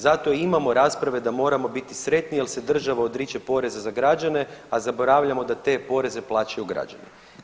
Zato imamo rasprave da moramo biti sretni jer se država odriče poreza za građane a zaboravljamo da te poreze plaćaju građani.